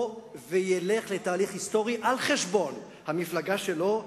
וילך לתהליך היסטורי על-חשבון המפלגה שלו,